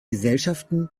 gesellschaften